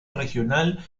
regional